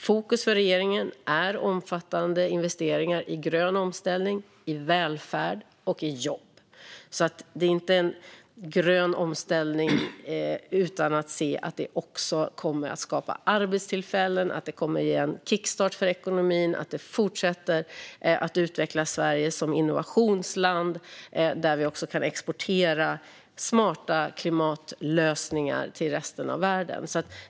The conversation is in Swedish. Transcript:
Fokus för regeringen är omfattande investeringar i grön omställning, i välfärd och i jobb. Det är alltså inte en grön omställning utan att också skapa arbetstillfällen, ge en kickstart för ekonomin och fortsätta att utveckla Sverige som innovationsland där vi kan exportera smarta klimatlösningar till resten av världen.